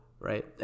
right